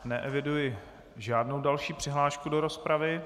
Neeviduji žádnou další přihlášku do rozpravy.